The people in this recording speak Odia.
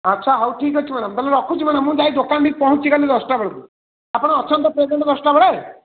ଆଚ୍ଛା ହଉ ଠିକ୍ ଅଛି ମ୍ୟାଡ଼ାମ୍ ତାହେଲେ ମୁଁ ରଖୁଛି ମ୍ୟାଡ଼ାମ୍ ମୁଁ ଯାଇ ଦୋକାନରେ ପହଞ୍ଚିବି କାଲି ଦଶଟା ବେଳକୁ ଆପଣ ଅଛନ୍ତି ତ କାଲି ଦଶଟା ବେଳେ